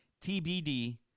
TBD